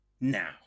Now